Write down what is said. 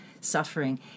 suffering